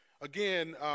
Again